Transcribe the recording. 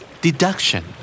Deduction